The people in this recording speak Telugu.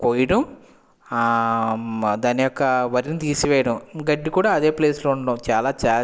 కొయ్యడం దాన్ని యొక్క వరిని తీసివేయడం గడ్డి కూడా అదే ప్లేస్లో ఉండడం చాలా